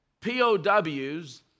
POWs